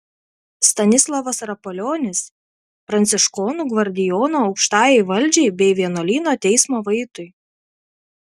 stanislovas rapolionis pranciškonų gvardijono aukštajai valdžiai bei vienuolyno teismo vaitui